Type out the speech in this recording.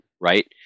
right